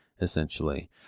essentially